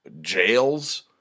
jails